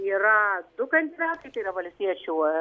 yra du kandidatai tai yra valstiečių